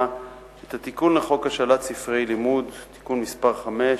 את הצעת חוק השאלת ספרי לימוד (תיקון מס' 5),